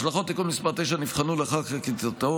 השלכות תיקון מס' 9 נבחנו לאחר חקיקתו,